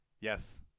Yes